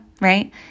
right